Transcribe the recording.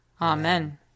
Amen